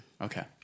Okay